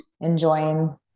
enjoying